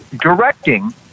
directing